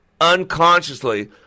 unconsciously